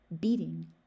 beating